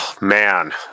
Man